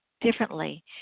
differently